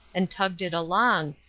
and tugged it along,